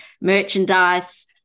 merchandise